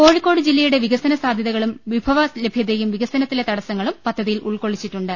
കോഴി ക്കോട് ജില്ലയുടെ വികസന സാധൃതകളും വിഭവ ലഭൃതയും വികസന ത്തിലെ തടസ്സങ്ങളും പദ്ധതിയിൽ ഉൾക്കൊള്ളിച്ചിട്ടുണ്ട്